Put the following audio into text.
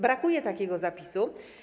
Brakuje takiego zapisu.